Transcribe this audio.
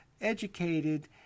educated